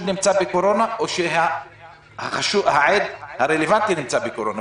נמצא בקורונה או שהעד הרלוונטי נמצא בקורונה.